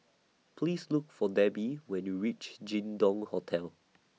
Please Look For Debbie when YOU REACH Jin Dong Hotel